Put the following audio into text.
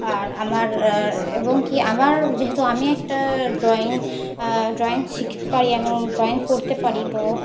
আর আমার এবং কি আমার যেহেতু আমি একটা ড্রয়িং ড্রয়িং শিখতে পারি এবং ড্রয়িং করতে পারি তো